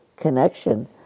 connection